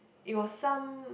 it was some